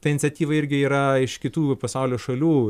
ta iniciatyva irgi yra iš kitų pasaulio šalių